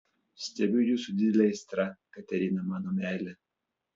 stebiu jus su didele aistra katerina mano meile